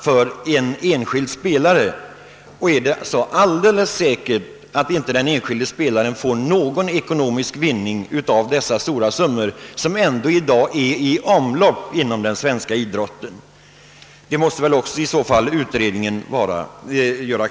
Är det så alldeles säkert att den enskilde spelaren inte får någon del av de stora summor som i dag ändå är i omlopp inom den svenska idrotten? även detta förhållande måste väl en utredning studera.